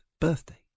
birthday